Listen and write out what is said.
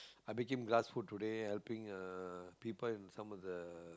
I became glass food today helping uh people in some of the